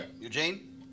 Eugene